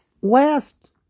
Last